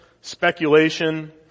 speculation